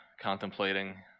contemplating